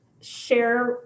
share